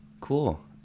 cool